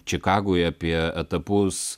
čikagoj apie etapus